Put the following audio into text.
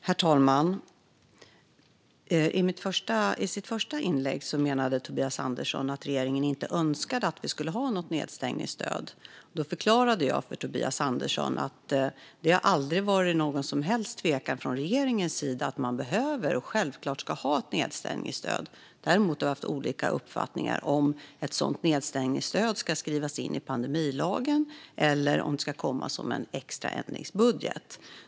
Herr talman! I sitt första inlägg menade Tobias Andersson att regeringen inte önskade att vi skulle att ha något nedstängningsstöd. Då förklarade jag för Tobias Andersson att det aldrig har varit någon som helst tvekan från regeringens sida om att man behöver och självklart ska ha ett nedstängningsstöd. Däremot har vi haft olika uppfattningar om huruvida ett sådant nedstängningsstöd ska skrivas in i pandemilagen eller om det ska komma som en extra ändringsbudget.